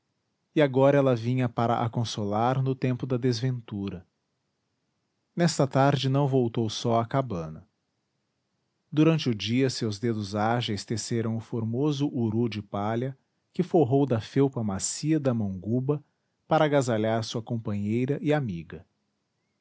e agora ela vinha para a consolar no tempo da desventura nesta tarde não voltou só à cabana durante o dia seus dedos ágeis teceram o formoso uru de palha que forrou da felpa macia da monguba para agasalhar sua companheira e amiga